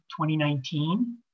2019